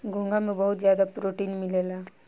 घोंघा में बहुत ज्यादा प्रोटीन मिलेला